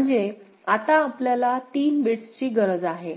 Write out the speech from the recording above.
म्हणजे आता आपल्याला 3 बिट्सची गरज आहे आहे